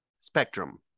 Spectrum